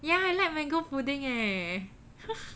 yeah I like mango pudding eh